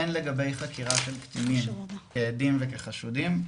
הן לגבי חקירה של קטינים כעדים וכחשודים,